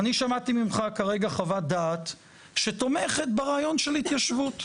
אני שמעתי ממך כרגע חוות דעת שתומכת ברעיון של התיישבות.